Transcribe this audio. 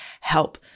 help